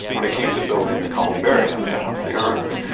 when it came to building the columbarium to house the urns,